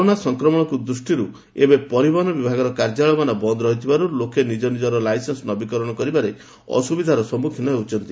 corona ସଂକ୍ରମଣ ଦୃଷ୍ଟିରୁ ଏବେ ପରିବହନ ବିଭାଗର କାର୍ଯ୍ୟାଳୟମାନ ବନ୍ଦ ଥିବାରୁ ଲୋକେ ନିଜ ନିଜର ଲାଇସେନ୍ ନବୀକରଣ କରିବାରେ ଅସୁବିଧାର ସମ୍ମୁଖୀନ ହେଉଛନ୍ତି